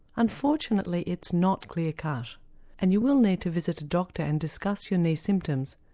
unfortunately it's not clear-cut and you will need to visit a doctor and discuss your knee symptoms,